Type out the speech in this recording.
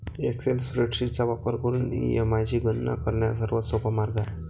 Excel spreadsheet चा वापर करून ई.एम.आय ची गणना करण्याचा सर्वात सोपा मार्ग आहे